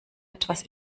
etwas